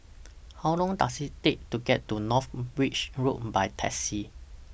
How Long Does IT Take to get to North Bridge Road By Taxi